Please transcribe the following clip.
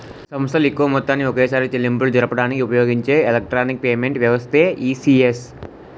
సంస్థలు ఎక్కువ మొత్తాన్ని ఒకేసారి చెల్లింపులు జరపడానికి ఉపయోగించే ఎలక్ట్రానిక్ పేమెంట్ వ్యవస్థే ఈ.సి.ఎస్